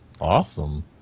Awesome